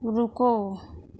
رکو